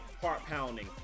heart-pounding